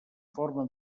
forma